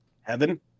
Heaven